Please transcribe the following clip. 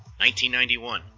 1991